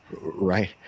right